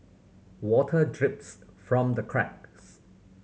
water drips from the cracks